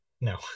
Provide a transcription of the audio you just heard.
No